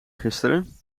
gisteren